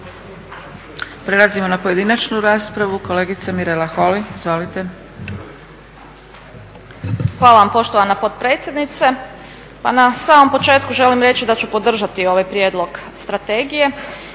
Prelazimo na pojedinačnu raspravu. Kolegica Mirela Holy, izvolite. **Holy, Mirela (ORaH)** Hvala vam poštovana potpredsjednica. Pa na samom početku želim reći da ću podržati ovaj prijedlog strategije